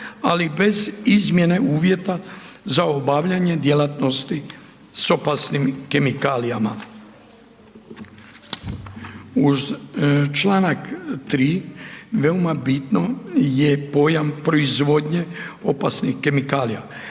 ali bez izmjena uvjeta za obavljanje djelatnosti s opasnim kemikalijama. Uz članak 3. veoma bitno je pojam proizvodnje opasnih kemikalija.